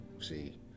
See